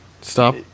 Stop